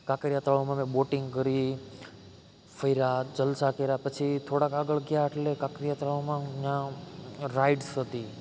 કાંકરિયા તળાવમાં અમે બોટિંગ કરી ફર્યા જલસા કર્યા પછી થોડાક આગળ ગયા એટલે કાંકરિયા તળાવમાં રાઈડ્સ હતી